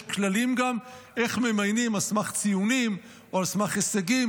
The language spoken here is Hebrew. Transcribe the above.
יש גם כללים איך ממיינים על סמך ציונים או על סמך הישגים,